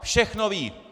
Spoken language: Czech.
Všechno ví!